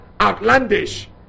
outlandish